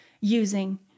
using